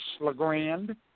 Legrand